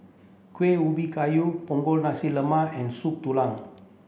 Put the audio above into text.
Kueh Ubi Kayu Punggol Nasi Lemak and Soup Tulang